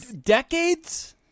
Decades